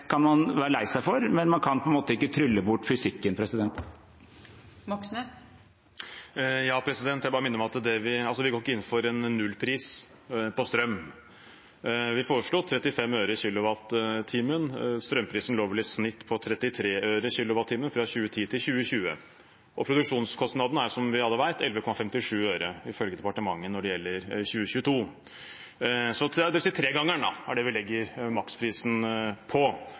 kan man være lei seg for, men man kan ikke trylle bort fysikken. Jeg vil bare minne om at vi ikke går inn for en null-pris på strøm. Vi foreslo 35 øre per kilowattime. Strømprisen lå vel i snitt på 33 øre per kilowattime fra 2010 til 2020. Produksjonskostnaden er, som vi alle vet, 11,57 øre for 2022, ifølge departementet. Så vi legger maksprisen på tregangeren av det – ikke hundregangeren, slik det har vært eksempler på